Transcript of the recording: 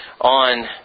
on